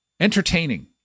Entertaining